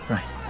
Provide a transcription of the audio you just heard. Right